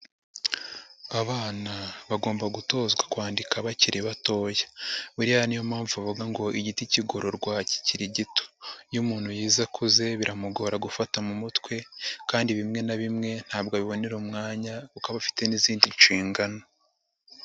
Abana bagomba gutozwa kwandika bakiri batoya. Buriya niyo mpamvu bavuga ngo igiti cyigororwa kikiri gito. Iyo umuntu yize akuze biramugora gufata mu mutwe kandi bimwe na bimwe ntabwo abibonera umwanya kuko aba afite n'izindi nshingano.